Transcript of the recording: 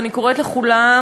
ואני קוראת לכולם,